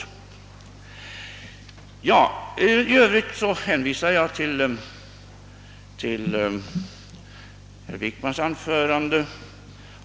I övrigt hänvisar jag till herr Wickmans anförande.